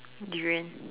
durian